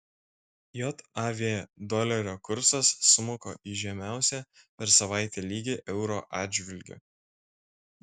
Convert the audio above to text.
jav dolerio kursas smuko į žemiausią per savaitę lygį euro atžvilgiu